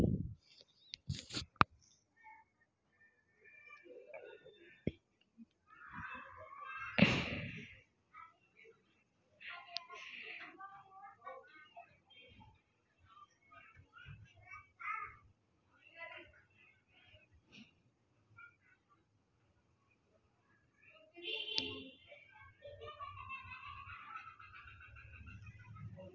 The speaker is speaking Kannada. ಕಂಪ್ಯುಟೆಷ್ನಲ್ ಫೈನಾನ್ಸನ್ಯಾಗ ಕೆಲ್ಸಾಮಾಡ್ಲಿಕ್ಕೆ ಎಲ್ಲೆ ಅರ್ಜಿ ಹಾಕ್ಬೇಕು?